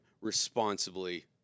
responsibly